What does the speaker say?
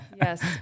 yes